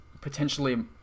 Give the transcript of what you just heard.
potentially